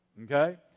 Okay